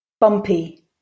Bumpy